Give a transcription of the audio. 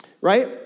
right